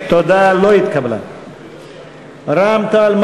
תפעול הנציגויות בחו"ל,